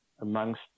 amongst